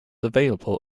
available